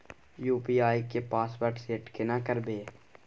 UPI के password set केना करबे?